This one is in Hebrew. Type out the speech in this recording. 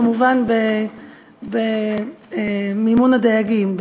כמובן במימון הדייגים,